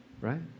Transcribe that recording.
right